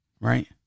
right